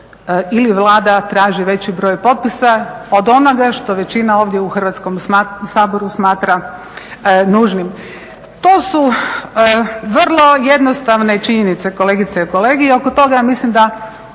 ili Vlada traži veći broj potpisa od onoga što većina ovdje u Hrvatskom saboru smatra nužnim. To su vrlo jednostavne činjenice kolegice i kolege i oko toga mislim da